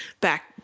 back